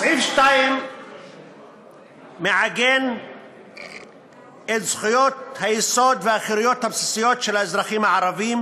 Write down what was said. סעיף 2 מעגן את זכויות היסוד והחירויות הבסיסיות של האזרחים הערבים,